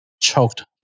choked